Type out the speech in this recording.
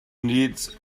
needs